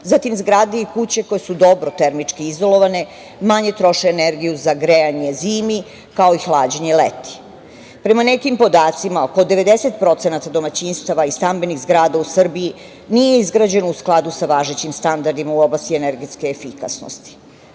Zatim, zgrade i kuće koje su dobro termički izolovane manje troše energiju za grejanje zimi, kao i hlađenje leti. Prema nekim podacima oko 90% domaćinstava i stambenih zgrada u Srbiji nije izgrađeno u skladu sa važećim standardima u oblasti energetske efikasnosti. Energetska